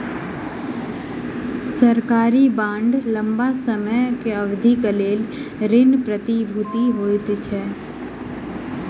सरकारी बांड लम्बा समय अवधिक लेल ऋण प्रतिभूति होइत अछि